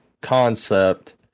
concept